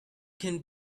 could